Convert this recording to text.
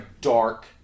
dark